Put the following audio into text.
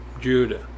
Judah